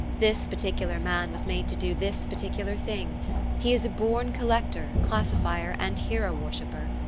this particular man was made to do this particular thing he is a born collector, classifier, and hero-worshipper.